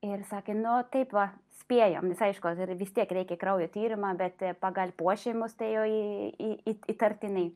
ir sakė nu taip va spėjam nes aišku vis tiek reikia kraujo tyrimą bet pagal požymius tai jau į įtartinai